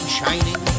shining